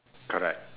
correct